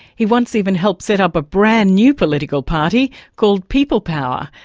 he once even helped set up a brand new political party called people power.